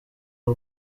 n’u